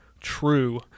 true